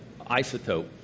isotope